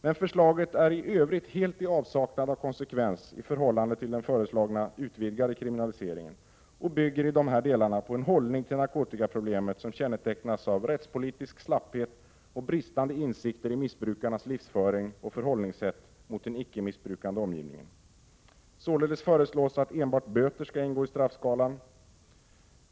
Men det är i övrigt helt i avsaknad av konsekvens i förhållande till den föreslagna utvidgade kriminaliseringen och bygger i dessa delar på en hållning till narkotikaproblemet som kännetecknas av rättspolitisk slapphet och bristande insikter i missbrukarnas livsföring och förhållningssätt mot den ickemissbrukande omgivningen. Således föreslås att enbart böter skall ingå i straffskalan.